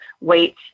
wait